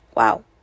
Wow